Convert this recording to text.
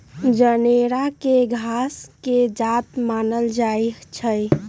जनेरा के घास के जात मानल जाइ छइ